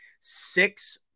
six